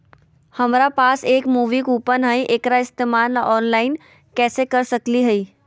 हमरा पास एक मूवी कूपन हई, एकरा इस्तेमाल ऑनलाइन कैसे कर सकली हई?